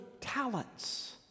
talents